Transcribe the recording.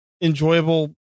enjoyable